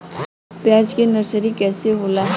प्याज के नर्सरी कइसे होला?